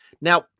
Now